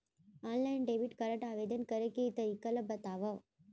Online debit card आवेदन करे के तरीका ल बतावव?